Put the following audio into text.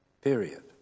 Period